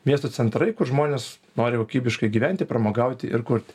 miesto centrai kur žmonės nori kokybiškai gyventi pramogauti ir kurti